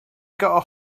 got